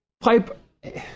Pipe